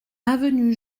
avenue